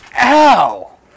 Ow